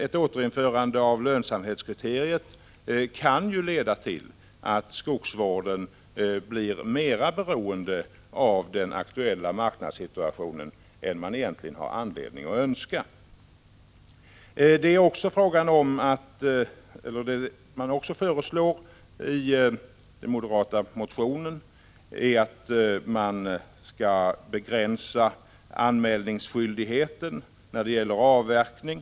Ett återinförande av lönsamhetskriteriet kan leda till att skogsvården blir mera beroende av den aktuella marknadssituationen än man egentligen har anledning att önska. I den moderata motionen föreslås också att man skall begränsa anmälningsskyldigheten när det gäller avverkning.